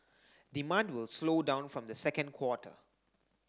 demand will slow down from the second quarter